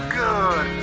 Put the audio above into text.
good